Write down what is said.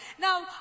Now